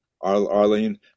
arlene